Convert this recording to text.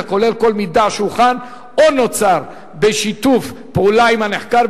הכולל כל מידע שהוכן או נוצר בשיתוף פעולה עם הנחקר,